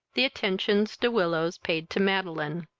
the attentions de willows paid to madeline.